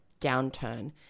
downturn